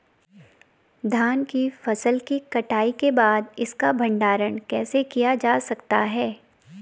धान की फसल की कटाई के बाद इसका भंडारण कैसे किया जा सकता है?